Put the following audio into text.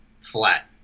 flat